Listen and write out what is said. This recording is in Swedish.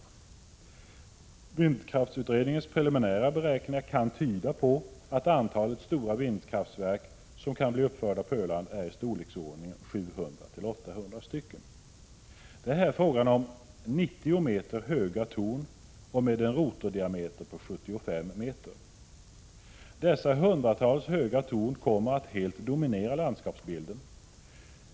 ä és E SARI RE En lag om hushållning Vindkraftsutredningens preliminära beräkningar kan tyda på att antalet Ä es a s SN z med naturresurser stora vindkraftverk som kan bli uppförda på Öland är i storleksordningen AR 700-800 stycken. Det är här fråga om 90 meter höga torn och med en rotordiameter på 75 meter. Dessa hundratals höga torn kommer att helt dominera landskapsbilden.